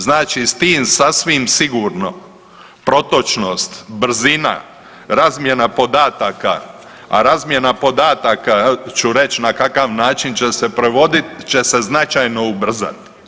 Znači s tim sasvim sigurno protočnost, brzina, razmjena podataka, a razmjena podataka ću reć na kakav način će provodit će se značajno ubrzat.